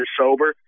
sober